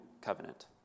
covenant